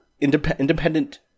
independent